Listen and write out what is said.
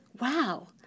wow